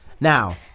Now